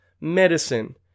medicine